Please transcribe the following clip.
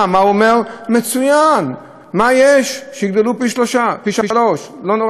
מצוין, מה יש, שיגדלו פי-שלושה, לא קרה שום דבר.